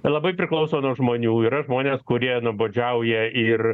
labai priklauso nuo žmonių yra žmonės kurie nuobodžiauja ir